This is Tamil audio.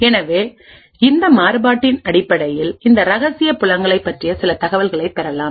எனவே இந்த மாறுபாட்டின் அடிப்படையில் இந்த ரகசிய புலங்களைப் பற்றிய சில தகவல்களைப் பெறலாம்